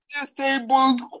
disabled